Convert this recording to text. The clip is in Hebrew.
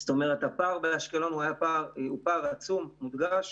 זאת אומרת, הפער באשקלון הוא פער עצום, מודגש.